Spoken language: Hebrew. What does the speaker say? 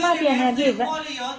תסבירי לי איך זה יכול להיות.